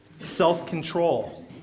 self-control